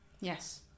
Yes